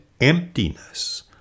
emptiness